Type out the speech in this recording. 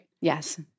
Yes